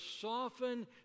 soften